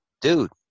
dude